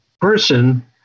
person